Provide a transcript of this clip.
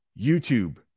YouTube